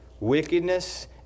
Wickedness